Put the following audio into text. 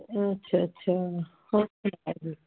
ਅੱਛਾ ਅੱਛਾ